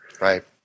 Right